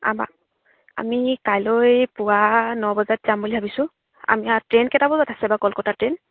আমাৰ আমি কাইলৈ পুৱা ন বজাত যাম বুলি ভাবিছোঁ আমি ট্ৰেইন কেইটা বজাত আছে বাৰু কলকাতা ট্ৰেইন